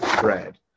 bread